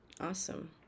Awesome